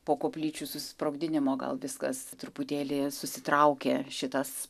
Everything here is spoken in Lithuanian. po koplyčių susprogdinimo gal viskas truputėlį susitraukė šitas